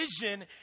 vision